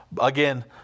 Again